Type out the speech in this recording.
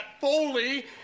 Foley